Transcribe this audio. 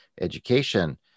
education